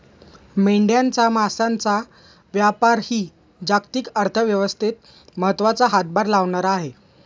मेंढ्यांच्या मांसाचा व्यापारही जागतिक अर्थव्यवस्थेत महत्त्वाचा हातभार लावणारा आहे